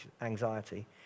anxiety